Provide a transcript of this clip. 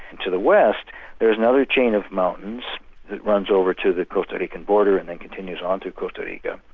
to the west there's another chain of mountains that runs over to the costa rican border and then continues on to costa rica.